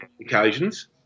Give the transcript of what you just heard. occasions